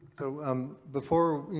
so um before. you